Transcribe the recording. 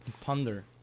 Ponder